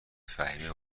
فهمیه